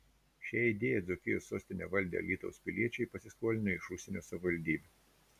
šią idėją dzūkijos sostinę valdę alytaus piliečiai pasiskolino iš užsienio savivaldybių